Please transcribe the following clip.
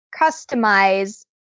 customize